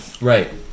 right